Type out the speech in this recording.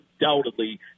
undoubtedly